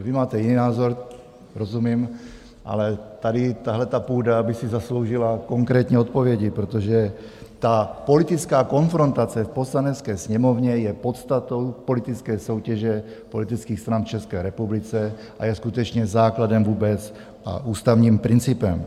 Vy máte jiný názor, rozumím, ale tahle ta půda by si zasloužila konkrétní odpovědi, protože ta politická konfrontace v Poslanecké sněmovně je podstatou politické soutěže politických stran v České republice, a je skutečně základem vůbec a ústavním principem.